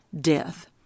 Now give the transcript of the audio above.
death